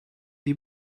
die